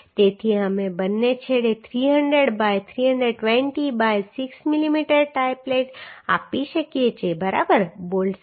તેથી અમે બંને છેડે 300 બાય 320 બાય 6 મીમીની ટાઈ પ્લેટ આપી શકીએ છીએ બરાબર બોલ્ટ સાથે